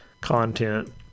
content